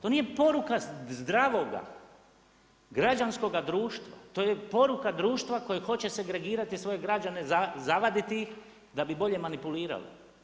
To nije poruka zdravoga građanskoga društva, to je poruka društva koje hoće segregirati svoje građane, zavaditi ih da bi bolje manipulirali.